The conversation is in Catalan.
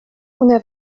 una